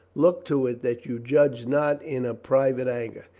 look to it that you judge not in a private anger.